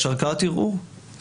יש ערכאת ערעור,